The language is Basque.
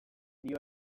dio